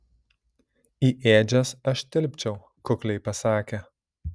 į ėdžias aš tilpčiau kukliai pasakė